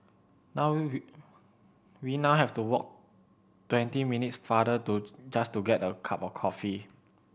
now we we now have to walk twenty minutes farther to just to get a cup of coffee